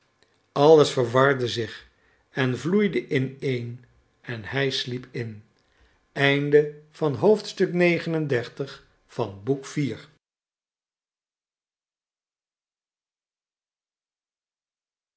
alles verwarde zich en vloeide ineen en hij sliep in